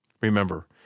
Remember